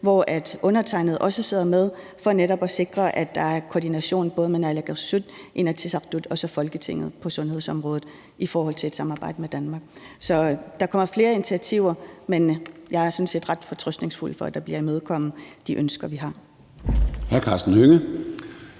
hvor undertegnede også sidder med, for netop at sikre, at der er koordination både mellem naalakkersuisut, Inatsisartut og Folketinget på sundhedsområdet i forhold til et samarbejde med Danmark. Så der kommer flere initiativer, men jeg er sådan set ret fortrøstningsfuld, i forhold til at de ønsker, vi har,